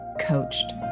coached